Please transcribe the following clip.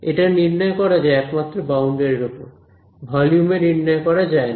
এটা নির্ণয় করা যায় একমাত্র বাউন্ডারির ওপর ভলিউম এ নির্ণয় করা যায় না